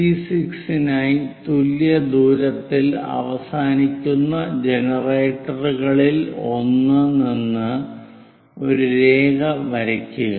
P6 നായി തുല്യ ദൂരത്തിൽ അവസാനിക്കുന്ന ജനറേറ്ററുകളിൽ ഒന്നിൽ നിന്ന് ഒരു രേഖ വരയ്ക്കുക